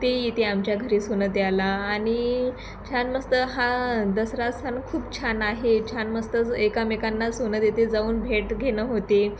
ते येते आमच्या घरी सोनं द्यायला आणि छान मस्त हा दसरा सण खूप छान आहे छान मस्त एकमेकांना सोनं देते जाऊन भेट घेणं होते